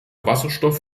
wasserstoff